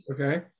Okay